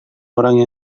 orang